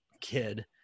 kid